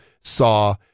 saw